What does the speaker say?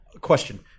question